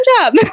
job